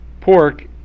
pork